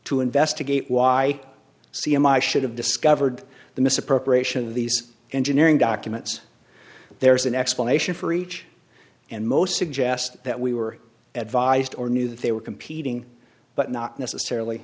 to investigate why c m i should have discovered the misappropriation of these engineering documents there's an explanation for each and most suggest that we were advised or knew that they were competing but not necessarily